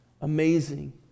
amazing